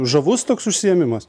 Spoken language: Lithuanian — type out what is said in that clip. žavus toks užsiėmimas